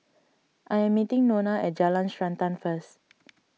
I am meeting Nona at Jalan Srantan first